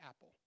apple